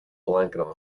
blanket